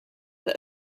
that